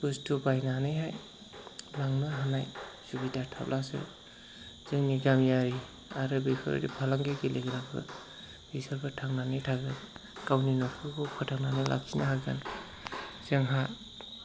बुस्थु बायनानै लांनो हानाय सुबिदा थाब्लासो जोंनि गामियारि आरो बेफोरबायदि फालांगि गेलेनायफोर बिसोरबो थांनानै थागोन गावनि न'खरखौ फोथांनानै लाखिनो हागोन जोंहा